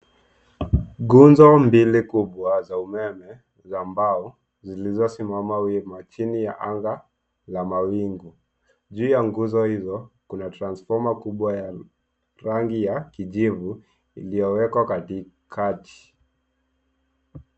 Nguzo mbili kubwa za umeme za mbao zilizosimama wima chini ya anga la mawingu. Juu ya nguzo hizo kuna transfoma kubwa ya rangi ya kijivu iliyowekwa katikati.